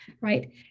right